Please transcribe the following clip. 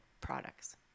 products